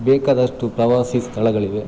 ಬೇಕಾದಷ್ಟು ಪ್ರವಾಸಿ ಸ್ಥಳಗಳಿವೆ